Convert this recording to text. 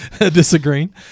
disagreeing